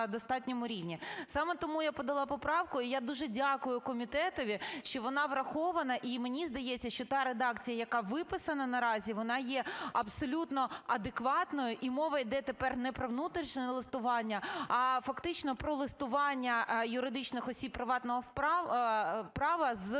достатньому рівні. Саме тому я подала поправку, і я дуже дякую комітетові, що вона врахована. І мені здається, що та редакція, яка виписана наразі, вона є абсолютно адекватною, і мова йде тепер не про внутрішнє листування, а фактично про листування юридичних осіб приватного права з